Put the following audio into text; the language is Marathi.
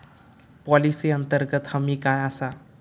पॉलिसी अंतर्गत हमी काय आसा?